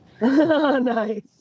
Nice